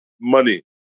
money